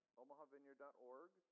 omahavineyard.org